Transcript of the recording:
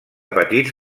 petits